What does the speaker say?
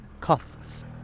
costs